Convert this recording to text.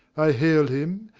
i hail him,